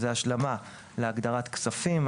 זוהי השלמה להגדרת כספים.